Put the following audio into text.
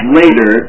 later